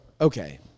okay